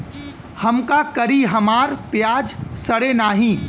हम का करी हमार प्याज सड़ें नाही?